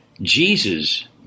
Jesus